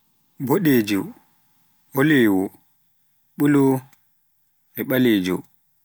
boɗeejo, oolo, bulo, ɓaleejo